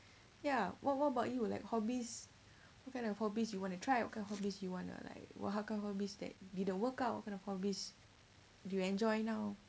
ya what what about you like hobbies what kind of hobbies you want to try what kind of hobbies you wanna like !wah! how come hobbies that didn't work out what kind of hobbies do you enjoy now